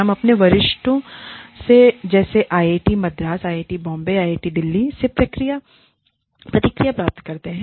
हम अपने वरिष्ठों से जैसे आईआईटी मद्रास या आईआईटी बॉम्बे या आईआईटी दिल्ली से प्रतिक्रिया प्राप्त करते रहते हैं